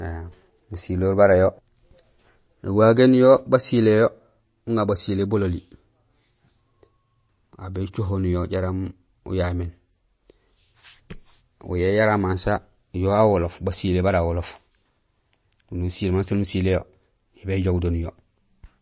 éém. Busiloor bara yo: éwagéén yo basilé yo uŋa basilé bololi, aw bécoho nuyo jaraam uyaméén, uyé yara amansa yo wa aholoof; basilé bara aholoof, éni usiil, miin nosiin nusilé yo béjoow.